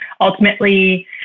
ultimately